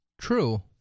True